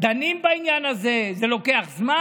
דנים בעניין הזה, זה לוקח זמן.